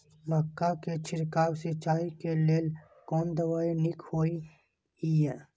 मक्का के छिड़काव सिंचाई के लेल कोन दवाई नीक होय इय?